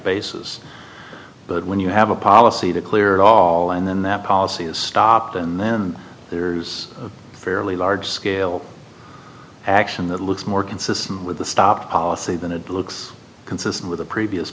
basis but when you have a policy to clear it all and then that policy is stopped and then there's a fairly large scale action that looks more consistent with the stop policy than it looks consistent with the previous